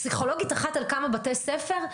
פסיכולוגית אחת על כמה בתי ספר?